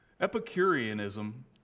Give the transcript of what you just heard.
Epicureanism